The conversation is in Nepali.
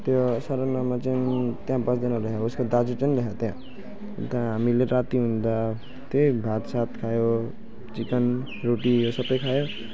त्यो शरण लामा चाहिँ त्यहाँ बस्दैन रहेछ उसको दाजु चाहिँ रहेछ त्यहाँ अन्त हामीले राति हुँदा त्यहीँ भातसात खायौँ चिकन रोटी यो सबै खायौँ